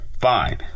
Fine